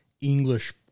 English